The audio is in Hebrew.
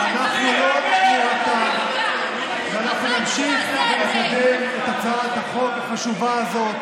אבל אנחנו לא נירתע ואנחנו נמשיך ונקדם את הצעת החוק החשובה הזאת,